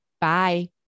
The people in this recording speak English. Bye